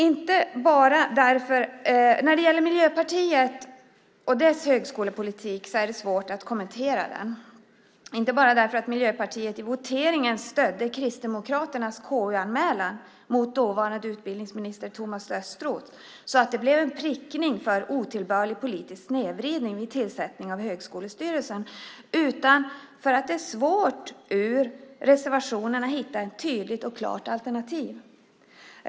Det är svårt att kommentera Miljöpartiets högskolepolitik, inte bara därför att Miljöpartiet i voteringen stödde Kristdemokraternas KU-anmälan mot dåvarande utbildningsminister Thomas Östros så att det blev en prickning för otillbörlig politisk snedvridning vid tillsättningen av högskolestyrelserna, utan för att det är svårt att i reservationerna hitta ett tydligt och klart alternativ.